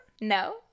No